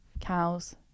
cows